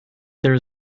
there